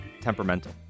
temperamental